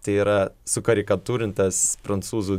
tai yra sukarikatūrintas prancūzų